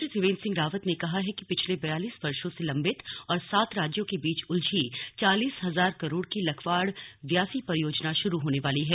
मुख्यमंत्री त्रिवेंद्र सिंह रावत ने कहा है कि पिछले बयालिस वर्षो से लम्बित और सात राज्यों के बीच उलझी चालीस हजार करोड़ की लखवाड़ व्यासी परियोजना शुरू होने वाली है